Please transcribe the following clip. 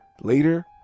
later